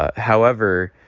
ah however,